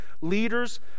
leaders